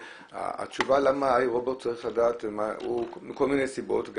התשובה למה ה-iRobot צריך לדעת זה מכל מיני סיבות,